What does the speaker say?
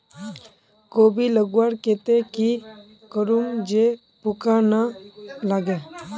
कोबी लगवार केते की करूम जे पूका ना लागे?